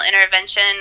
intervention